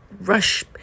rush